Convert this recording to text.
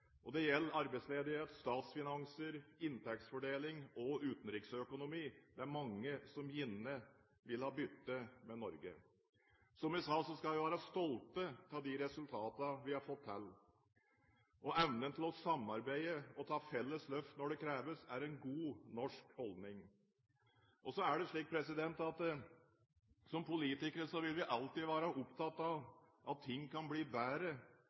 i. Det gjelder arbeidsledighet, statsfinanser, inntektsfordeling og utenriksøkonomi. Det er mange som gjerne ville ha byttet med Norge. Som jeg sa, skal vi være stolte av de resultatene vi har fått til. Evnen til å samarbeide og ta felles løft når det kreves, er en god norsk holdning. Og så er det slik at som politikere vil vi alltid være opptatt av at ting kan bli bedre,